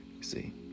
see